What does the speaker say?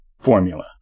formula